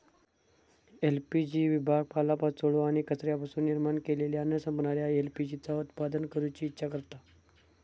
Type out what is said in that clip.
LPG विभाग पालोपाचोळो आणि कचऱ्यापासून निर्माण केलेल्या न संपणाऱ्या एल.पी.जी चा उत्पादन करूची इच्छा करता